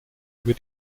über